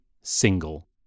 single